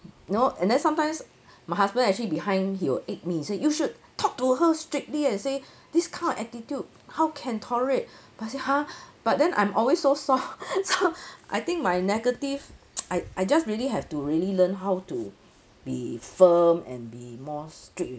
know and then sometimes my husband actually behind he will egg me say you should talk to her strictly and say this kind of attitude how can tolerate but I say ha but then I'm always so soft so I think my negative I I just really have to really learn how to be firm and be more strict